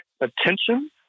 attention